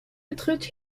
betritt